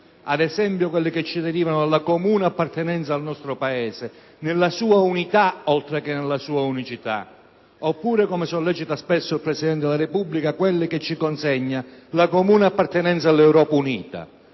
Ad esempio, quelli che ci derivano dalla comune appartenenza al nostro Paese, nella sua unità, oltre che nella sua unicità, oppure, come sollecita spesso il Presidente della Repubblica, quelli che ci consegna la comune appartenenza all'Europa unita.